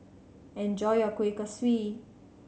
enjoy your Kueh Kaswi